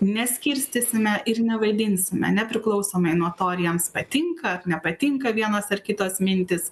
neskirstysime ir nevaidinsime nepriklausomai nuo to ar jiems patinka nepatinka vienos ar kitos mintys